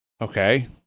Okay